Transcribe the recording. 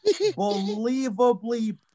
unbelievably